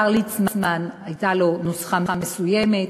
לשר ליצמן הייתה נוסחה מסוימת.